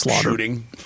shooting